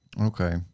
Okay